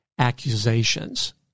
accusations